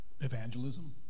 Evangelism